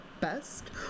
best